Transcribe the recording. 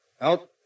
out